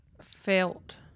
felt